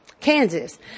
Kansas